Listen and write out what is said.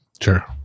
Sure